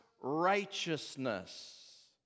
righteousness